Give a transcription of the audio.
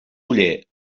oller